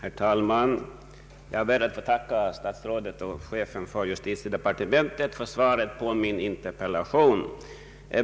Herr talman! Jag ber att få tacka statsrådet och chefen för justitiedepartementet för svaret på min interpellation.